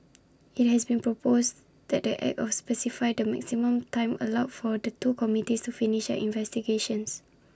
IT has been proposed that the act specify the maximum time allowed for the two committees to finish their investigations